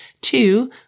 two